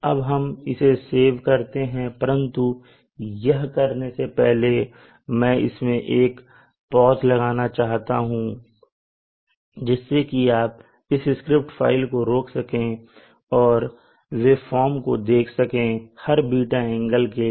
अब हम इसे सेव करते हैं परंतु यह करने से पहले मैं इसमें एक पॉज लगाता हूं जिससे कि आप इस स्क्रिप्ट को रोक सके और वेवफॉर्म को देख सकें हर ß एंगल के लिए